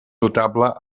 notable